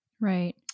Right